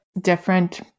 different